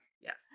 Yes